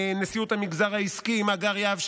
נשיאות המגזר העסקי עם הגר יהב,